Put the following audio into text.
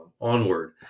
onward